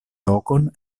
lokon